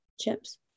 chips